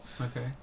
Okay